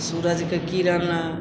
सूरजके किरण